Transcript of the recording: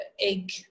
egg